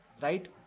Right